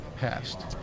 passed